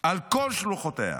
על כל שלוחותיה,